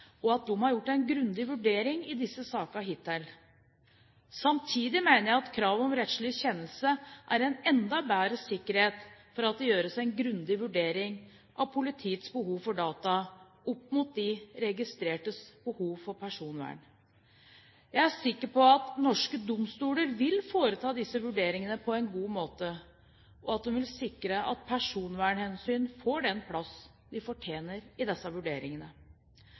til at de har gjort en grundig vurdering i disse sakene hittil. Samtidig mener jeg at krav om rettslig kjennelse er en enda bedre sikkerhet for at det gjøres en grundig vurdering av politiets behov for data opp mot de registrertes behov for personvern. Jeg er sikker på at norske domstoler vil foreta disse vurderingene på en god måte, og at de vil sikre at personvernhensyn får den plass de fortjener i disse vurderingene.